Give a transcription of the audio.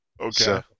Okay